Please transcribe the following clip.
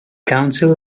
council